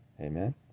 amen